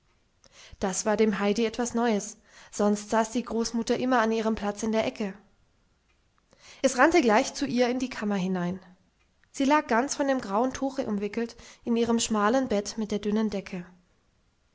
das war dem heidi etwas neues sonst saß die großmutter immer an ihrem platz in der ecke es rannte gleich zu ihr in die kammer hinein sie lag ganz von dem grauen tuche umwickelt in ihrem schmalen bett mit der dünnen decke